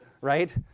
right